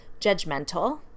Judgmental